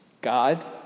God